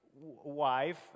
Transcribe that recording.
wife